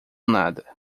nada